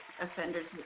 offenders